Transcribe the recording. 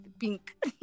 pink